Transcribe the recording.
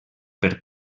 per